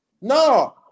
No